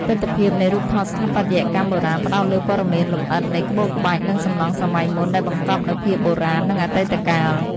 ទិដ្ឋភាពនៃរូបថតស្ថាបត្យកម្មបុរាណផ្ដោតលើព័ត៌មានលម្អិតនៃក្បូរក្បាច់ និងសំណង់សម័យមុនដែលបង្កប់នូវភាពបុរាណ និងអតីតកាល។